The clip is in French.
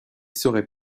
serait